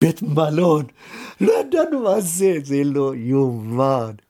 בית מלון, לא ידענו מה זה, זה לא יאומן.